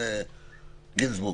עו"ד גינזבורג?